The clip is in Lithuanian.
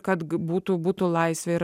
kad būtų būtų laisvę ir